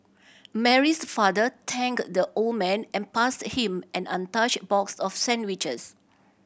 Mary's father thanked the old man and passed him an untouched box of sandwiches